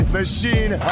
machine